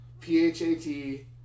P-H-A-T